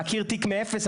להכיר תיק מאפס,